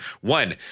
One